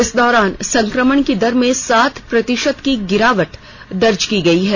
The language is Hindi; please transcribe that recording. इस दौरान संक्रमण की दर में सात प्रतिषत की गिरावट दर्ज की गई है